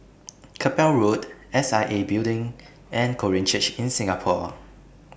Keppel Road S I A Building and Korean Church in Singapore